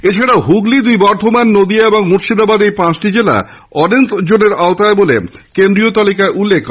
এছাড়া হুগলী দুই বর্ধমান নদীয়া ও মুর্শিদাবাদ এই পাঁচটি জেলা অরেঞ্জ জোনের আওতায় বলে কেন্দ্রীয় তালিকায় উল্লেখ করা হয়